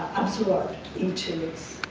absorb into